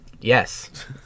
Yes